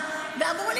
אני אומרת